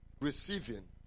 Receiving